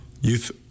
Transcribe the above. Youth